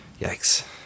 Yikes